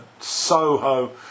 Soho